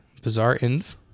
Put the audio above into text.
BizarreInv